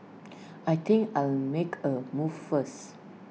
I think I'll make A move first